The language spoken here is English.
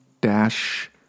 dash